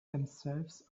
themselves